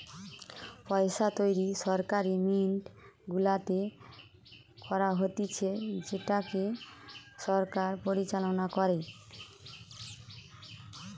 পইসা তৈরী সরকারি মিন্ট গুলাতে করা হতিছে যেটাকে সরকার পরিচালনা করে